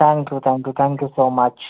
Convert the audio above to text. thank you thank you thank you so much